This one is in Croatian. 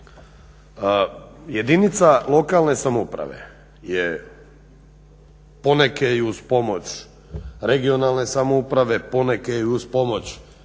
jedinica lokalne samouprave je, poneke i uz pomoć regionalne samouprave, poneke i uz pomoć